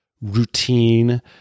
routine